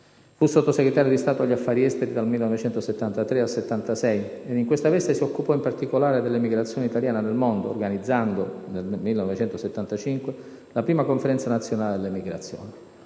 Fu Sottosegretario di Stato per gli affari esteri dal 1973 al 1976, ed in questa veste si occupò in particolare dell'emigrazione italiana nel mondo, organizzando, nel 1975, la prima Conferenza nazionale dell'emigrazione.